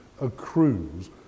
accrues